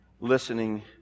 listening